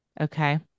okay